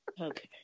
okay